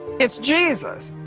it's jesus,